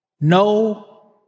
No